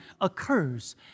occurs